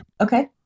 Okay